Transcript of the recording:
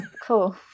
Cool